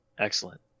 Excellent